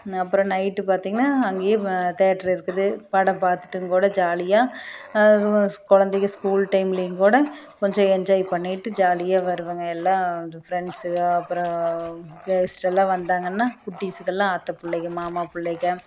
அப்புறம் நைட் பார்த்திங்கன்னா அங்கேயே வ தேட்டரு இருக்குது படம் பார்த்துட்டுங்கூட ஜாலியாக குழந்தைக ஸ்கூல் டைம்லையும் கூட கொஞ்சம் என்ஜாய் பண்ணிட்டு ஜாலியாக வருவங்க எல்லா இது ஃப்ரெண்ட்ஸுங்க அப்புறம் கெஸ்ட்டெல்லாம் வந்தாங்கன்னா குட்டீஸுக்கெல்லாம் அத்தை பிள்ளைக மாமா பிள்ளைக